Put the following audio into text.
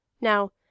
Now